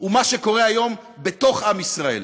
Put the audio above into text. הוא מה שקורה היום בתוך עם ישראל,